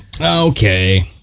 Okay